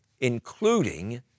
including